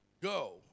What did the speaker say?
Go